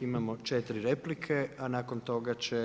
Imamo četiri replike, a nakon toga će